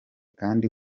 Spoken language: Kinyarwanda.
kandi